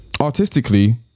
artistically